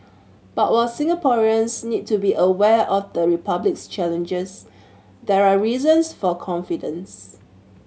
but while Singaporeans need to be aware of the Republic's challenges there are reasons for confidence